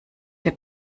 der